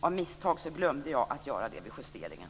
Av misstag glömde jag att göra det vid justeringen.